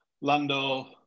Lando